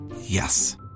Yes